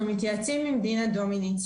אנחנו מתייעצים עם דינה דומיניץ,